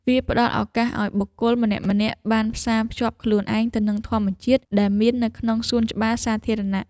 វាផ្ដល់ឱកាសឱ្យបុគ្គលម្នាក់ៗបានផ្សារភ្ជាប់ខ្លួនឯងទៅនឹងធម្មជាតិដែលមាននៅក្នុងសួនច្បារសាធារណៈ។